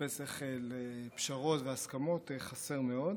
שמחפש פשרות והסכמות, חסר מאוד.